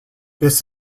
this